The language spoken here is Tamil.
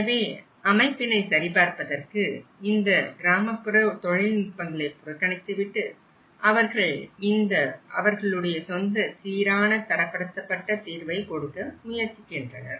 எனவே அமைப்பினை சரிபார்ப்பதற்கு இந்த கிராமப்புற தொழில் நுட்பங்களை புறக்கணித்துவிட்டு அவர்கள் இந்த அவர்களுடைய சொந்த சீரான தரப்படுத்தப்பட்ட தீர்வை கொடுக்க முயற்சிக்கின்றனர்